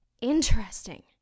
Interesting